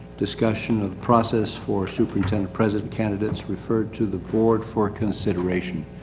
discussion of the process for superintendent president candidates referred to the board for consideration.